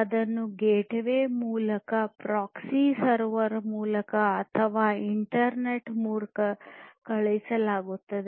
ಅದನ್ನು ಗೇಟ್ವೇ ಮೂಲಕ proxy server ಮೂಲಕ ಅಥವಾ ಇಂಟರ್ನೆಟ್ ಮೂಲಕ ಕಳುಹಿಸಲಾಗುತ್ತದೆ